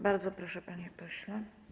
Bardzo proszę, panie pośle.